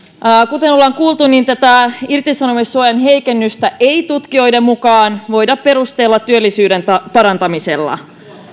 kuten ollaan kuultu tätä irtisanomissuojan heikennystä ei tutkijoiden mukaan voida perustella työllisyyden parantamisella